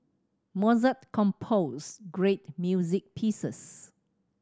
Mozart composed great music pieces